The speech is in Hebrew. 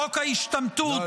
חוק ההשתמטות,